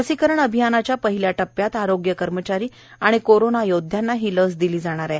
लसीकरण अभियानाच्या पहिल्या टप्प्यात आरोग्य कर्मचारी आणि कोरोंना योध्याना ही लस दिली जाणार आहे